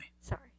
sorry